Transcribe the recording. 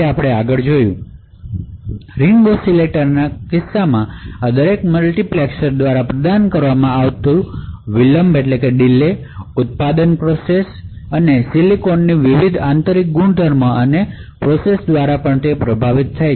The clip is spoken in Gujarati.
આપણે રીંગ ઓસિલેટરના કિસ્સામાં જોયું છે કે આ દરેક મલ્ટિપ્લેક્સર્સ દ્વારા પ્રદાન કરવામાં આવતી વિલંબ ઉત્પાદન પ્રોસેસ અને સિલિકોનના વિવિધ આંતરિક ગુણધર્મો અને પ્રોસેસ દ્વારા પણ પ્રભાવિત છે